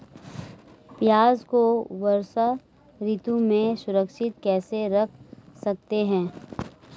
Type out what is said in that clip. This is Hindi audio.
प्याज़ को वर्षा ऋतु में सुरक्षित कैसे रख सकते हैं?